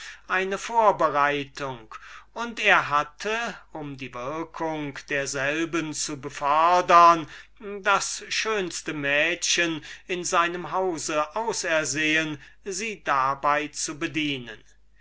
eine vorbereitung und er hatte um die würkung derselben zu befördern das schönste mädchen in seinem hause ausersehen sie hiebei zu bedienen